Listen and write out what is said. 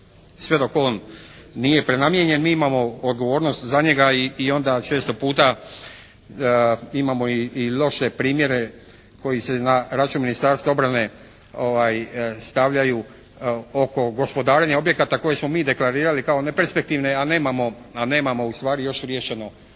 Sve dok on nije prenamijenjen mi imamo odgovornost za njega i onda često puta imamo i loše primjere koji se na račun Ministarstva obrane stavljaju oko gospodarenja objekata koje smo mi deklarirali kao neperspektivne a nemamo ustvari još riješeno pitanje